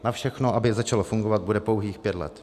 Na všechno, aby začalo fungovat, bude pouhých pět let.